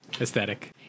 aesthetic